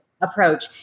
approach